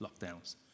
lockdowns